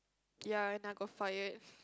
ya and I got fired